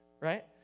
Right